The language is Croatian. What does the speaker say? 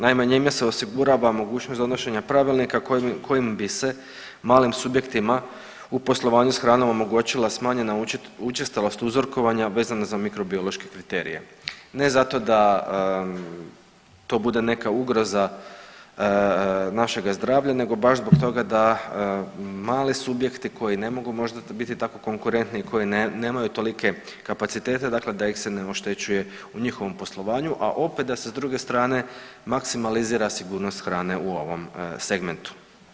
Naime, njime se osigurava mogućnost donošenja pravilnika kojim bi se malim subjektima u poslovanju sa hranom omogućila smanjena učestalost uzorkovanja vezana za mikrobiološke kriterije ne zato da to bude neka ugroza našega zdravlja, nego baš zbog toga da mali subjekti koji ne mogu biti tako konkurentni i koji nemaju tolike kapacitete da ih se ne oštećuje u njihovom poslovanju, a opet da se s druge strane maksimalizira sigurnost hrane u ovom segmentu.